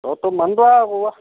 তই মানুহটো আহ আকৌ উৱা